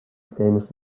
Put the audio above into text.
famous